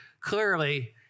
clearly